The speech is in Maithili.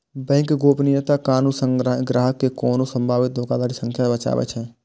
बैंक गोपनीयता कानून ग्राहक कें कोनो संभावित धोखाधड़ी सं बचाबै छै